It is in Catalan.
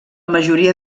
majoria